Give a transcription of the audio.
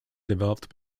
developed